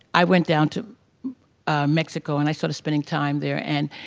i went down to mexico and i started spending time there. and,